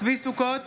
צבי ידידיה סוכות,